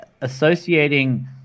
associating